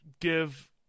give